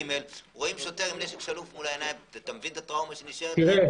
אתה מבין את הטראומה שנשארת להם?